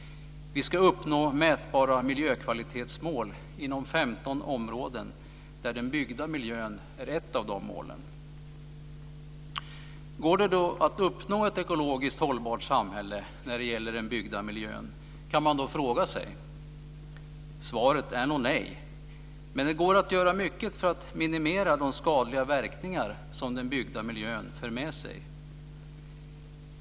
Vi ska uppnå mätbara miljökvalitetsmål inom 15 områden. Ett av de målen gäller den byggda miljön. Man kan då fråga sig om det går att uppnå ett ekologiskt hållbart samhälle när det gäller den byggda miljön. Svaret är nog nej, men det går att göra mycket för att minimera de skadliga verkningar som den byggda miljön för med sig.